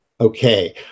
Okay